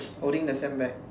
holding the sand bag